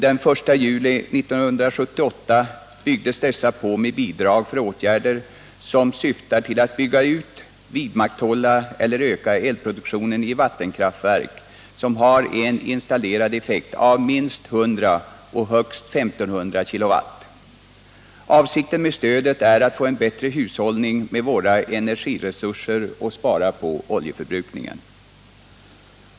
Den 1 juli 1978 byggdes dessa på med bidrag för åtgärder som syftar till att bygga ut, vidmakthålla eller öka elproduktionen i vattenkraftverk som har en installerad effekt av minst 100 och högst I 500 kW. Avsikten med stödet är att få en bättre hushållning med våra energiresurser och spara på oljeförbrukningen.